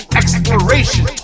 exploration